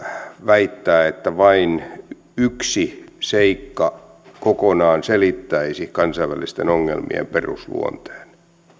väittää että vain yksi seikka kokonaan selittäisi kansainvälisten ongelmien perusluonteen